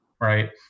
right